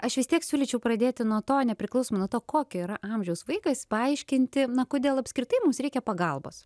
aš vis tiek siūlyčiau pradėti nuo to nepriklausomai nuo to kokio yra amžiaus vaikais paaiškinti kodėl apskritai mums reikia pagalbos